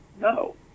No